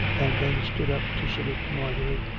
and then stood up to salute marjorie,